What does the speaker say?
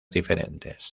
diferentes